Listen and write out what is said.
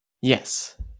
Yes